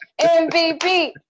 MVP